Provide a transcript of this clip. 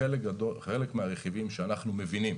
בחלק מהרכיבים שאנחנו מבינים